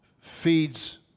feeds